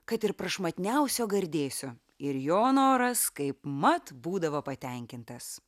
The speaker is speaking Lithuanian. kad ir prašmatniausio gardėsio ir jo noras kaipmat būdavo patenkintas